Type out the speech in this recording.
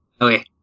Okay